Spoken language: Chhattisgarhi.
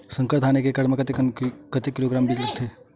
संकर धान बीज एक एकड़ म कतेक किलोग्राम बीज लगथे?